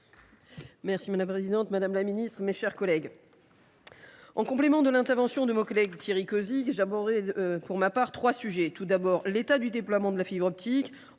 Madame la présidente, madame la ministre, mes chers collègues, en complément de l’intervention de mon collègue Thierry Cozic, j’aborderai pour ma part l’état du déploiement de la fibre optique,